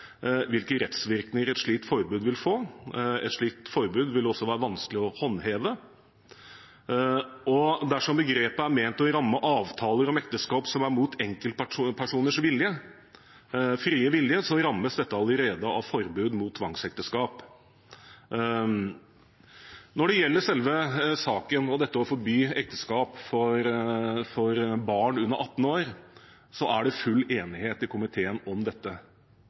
hvilke rettsvirkninger et slikt forbud vil få. Et slikt forbud vil også være vanskelig å håndheve. Dersom begrepet er ment å ramme avtaler om ekteskap som er mot enkeltpersoners frie vilje, rammes dette allerede av et forbud mot tvangsekteskap. Når det gjelder selve saken, dette å forby ekteskap for barn under 18 år, er det full enighet i komiteen. Det er ingen uenighet i komiteen om at dette